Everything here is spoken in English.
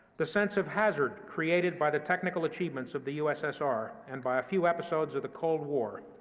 the sense of hazard created by the technical achievements of the ussr, and by a few episodes of the cold war,